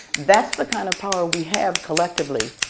that's the kind of power we have collectively.